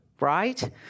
Right